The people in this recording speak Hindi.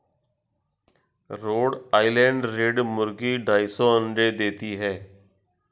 रोड आइलैंड रेड मुर्गी ढाई सौ अंडे देती है